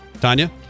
Tanya